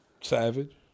Savage